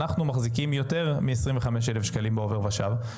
אנחנו מחזיקים יותר מ-25,000 שקלים בעובר ושב,